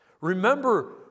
Remember